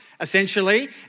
essentially